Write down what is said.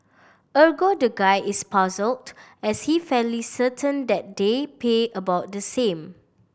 ergo the guy is puzzled as he fairly certain that they pay about the same